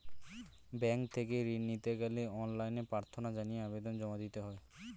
bank থেকে ঋণ নিতে গেলে অনলাইনে প্রার্থনা জানিয়ে আবেদন জমা দিতে হয়